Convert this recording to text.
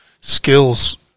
skills